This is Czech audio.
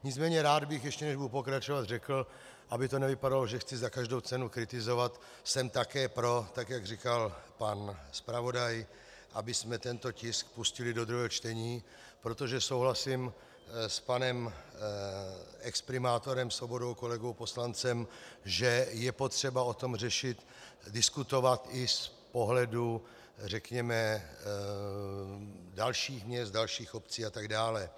Nicméně bych ještě rád, než budu pokračovat, řekl, aby to nevypadalo, že chci za každou cenu kritizovat, jsem také pro, jak říkal pan zpravodaj, abychom tento tisk pustili do druhého čtení, protože souhlasím s panem exprimátorem Svobodou, kolegou poslancem, že je potřeba o tom diskutovat i z pohledu řekněme dalších měst, dalších obcí a tak dále.